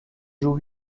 joue